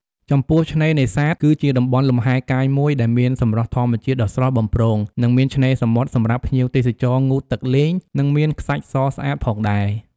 ចំពោះឆ្នេរនេសាទ គឺជាតំបន់លំហែកាយមួយដែលមានសម្រស់ធម្មជាតិដ៏ស្រស់បំព្រង និងមានឆ្នេរសមុទ្រសម្រាប់ភ្ញៀវទេសចរងូតទឹកលេង និងមានខ្សាច់សស្អាតផងដែរ។